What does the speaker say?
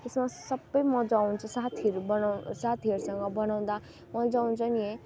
त्यसमा सबै मजा आउँछ साथीहरू बनाउ साथीहरूसँग बनाउँदा मजा आउँछ नि है